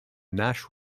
nash